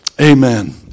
Amen